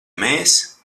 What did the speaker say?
mēs